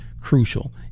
crucial